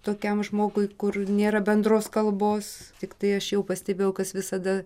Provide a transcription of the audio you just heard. tokiam žmogui kur nėra bendros kalbos tiktai aš jau pastebėjau kas visada